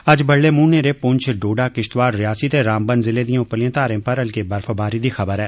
अज्ज बडलै मुंह न्हेरे पुंछ डोडा किश्तवाड़ रियासी ते रामबन जिले दिये उप्परलिये घारे पर हल्की बर्फबारी दी खबर ऐ